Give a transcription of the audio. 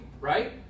right